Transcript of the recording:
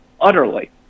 utterly